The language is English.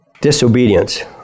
Disobedience